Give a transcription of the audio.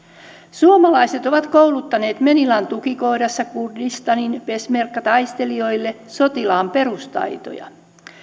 suomalaiset ovat kouluttaneet menilan tukikohdassa kurdistanin peshmerga taistelijoille sotilaan perustaitoja